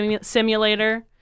simulator